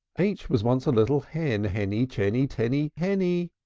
h was once a little hen, henny, chenny, tenny, henny.